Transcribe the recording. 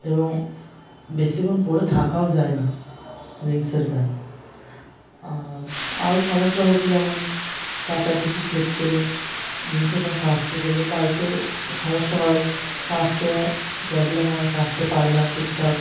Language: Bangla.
এবং বেশিক্ষণ পরে থাকাও যায় না জিন্সের প্যান্ট আর আরও সমস্যা হচ্ছে যেমন কাচাকুচির ক্ষেত্রে জিন্সের প্যান্ট কাচতে গেলে বাড়িতে সমস্যা হয় কাচতে প্রবলেম হয় কাচতে পারে না ঠিকঠাক